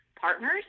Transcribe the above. partners